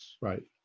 Right